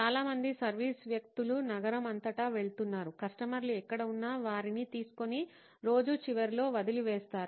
చాలా మంది సర్వీస్ వ్యక్తులు నగరం అంతటా వెళుతున్నారు కస్టమర్లు ఎక్కడ ఉన్నా వారిని తీసుకొని రోజు చివరిలో వదిలివేస్తారు